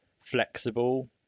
flexible